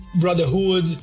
brotherhood